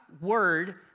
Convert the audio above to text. word